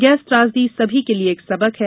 gas त्रासदी सभी के लिए एक सबक है